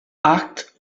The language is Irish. acht